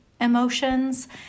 emotions